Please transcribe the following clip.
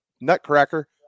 nutcracker